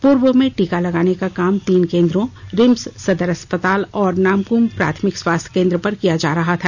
पूर्व में टीका लगाने का काम तीन केन्द्रों रिम्स सदर अस्पताल और नामकुम प्राथमिक स्वास्थ्य केन्द्र पर किया जा रहा था